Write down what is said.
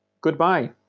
goodbye